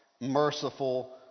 merciful